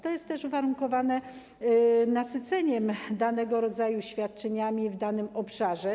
To jest też uwarunkowane nasyceniem danego rodzaju świadczeniami na danym obszarze.